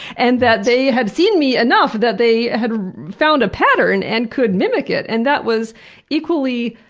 and that they had seen me enough that they had found a pattern and could mimic it. and that was equally